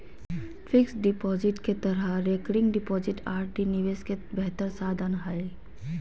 fixed deposit के तरह recurring deposit RD निवेश के बेहतर साधन हइ